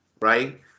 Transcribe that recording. right